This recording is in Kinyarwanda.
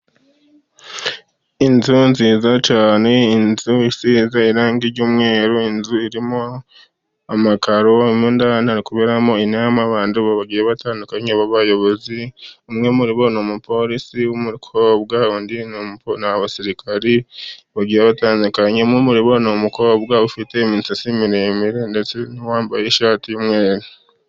Inzu nziza cyane, inzu isize irangi ry'umweru, inzu irimo amakaro, mo ndani hari kuberamo inama y'abantu batandukanye b'abayobozi, umwe muri bo ni umupolisi w'umukobwa, abandi ni abasirikari batandukanye, umwe muri abo ni umukobwa ufite imisatsi miremire ndetse wambaye ishati y'umweru.